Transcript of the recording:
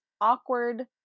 awkward